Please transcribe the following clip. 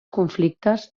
conflictes